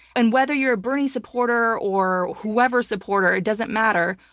and whether you're a bernie supporter or whoever supporter, it doesn't matter.